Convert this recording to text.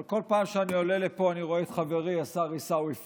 אבל כל פעם שאני עולה לפה אני רואה את חברי השר עיסאווי פריג',